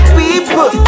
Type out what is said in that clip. people